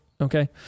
okay